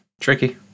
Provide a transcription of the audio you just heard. tricky